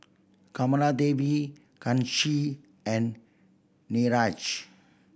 Kamaladevi Kanshi and Niraj